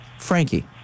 frankie